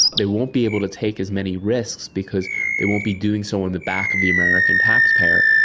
they won't be able to take as many risks because they won't be doing so on the back of the american taxpayer,